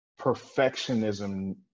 perfectionism